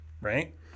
right